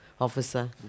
officer